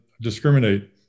discriminate